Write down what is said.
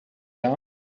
down